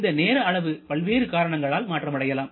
இந்த நேர அளவு பல்வேறு காரணங்களால் மாற்றம் அடையலாம்